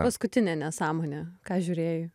paskutinė nesąmonė ką žiūrėjai